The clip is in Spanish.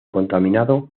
contaminado